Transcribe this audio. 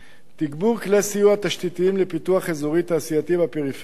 תגבור כלי סיוע תשתיתיים לפיתוח אזורים תעשייתיים בפריפריה,